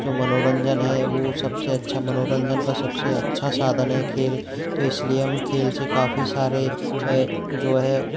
जो मनोरंजन है वो सबसे अच्छा मनोरंजन का सबसे अच्छा साधन है खेल तो इसलिए हम खेल से काफ़ी सारे जो है